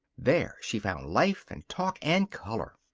there she found life and talk and color.